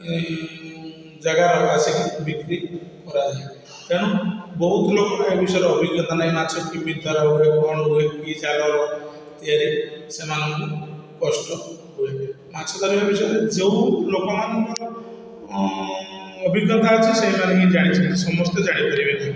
ଏଇ ଜାଗାରୁ ଆସିକି ବିକ୍ର କରାଯାଏ ତେଣୁ ବହୁତ ଲୋକ ଏ ବିଷୟରେ ଅଭିଜ୍ଞତା ନାହିଁ ମାଛ କେମିତି ଧରା ହୁଏ କ'ଣ ହୁଏ କି ଜାଲର ତିଆରି ସେମାନଙ୍କୁ କଷ୍ଟ ହୁଏ ମାଛ ଜାଲ ବିଷୟରେ ଯେଉଁ ଲୋକମାନଙ୍କର ଅଭିଜ୍ଞତା ଅଛି ସେଇମାନେ ହି ଜାଣିଛନ୍ତି ସମସ୍ତେ ଜାଣି ପାରିବେ ନାହିଁ